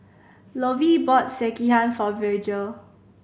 Lovie bought Sekihan for Virgel